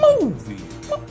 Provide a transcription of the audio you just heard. Movie